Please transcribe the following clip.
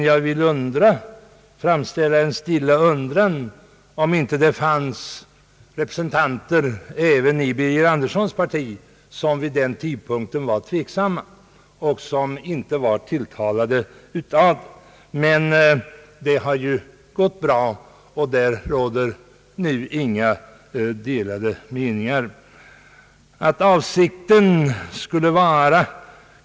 Jag vill bara framställa en stilla undran om det inte fanns personer även i herr Birger Anderssons parti som vid den tidpunkten var tveksamma och som inte var tilltalade av tanken på förstatligandet av polisen. Nu råder det emellertid inga delade meningar. Verksamheten har ju fungerat bra.